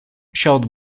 showed